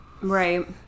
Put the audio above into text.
Right